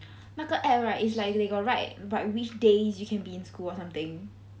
那个 app right is like they got write like which days you can be in school or something